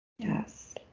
Yes